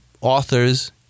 authors